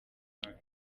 imana